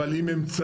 אבל עם אמצעים,